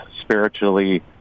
spiritually